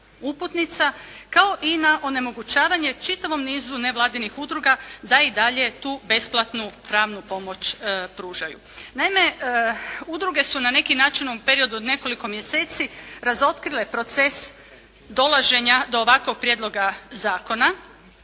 uputnica, kao i na onemogućavanje čitavom nizu nevladinih udruga da i dalje tu besplatnu pravnu pomoć pružaju. Naime, udruge su na neki način u ovom periodu od nekoliko mjeseci razotkrile proces dolaženja do ovakvog Prijedloga zakona